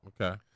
Okay